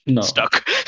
stuck